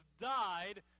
died